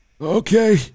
Okay